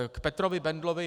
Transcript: K Petrovi Bendlovi.